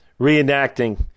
reenacting